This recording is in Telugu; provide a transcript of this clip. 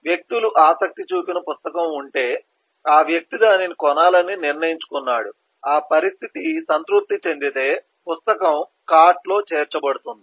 వ్యక్తులు ఆసక్తి చూపిన పుస్తకం ఉంటే ఆ వ్యక్తి దానిని కొనాలని నిర్ణయించుకున్నాడు ఆ పరిస్థితి సంతృప్తి చెందితే పుస్తకం కార్ట్ లో చేర్చబడుతుంది